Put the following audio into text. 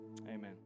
amen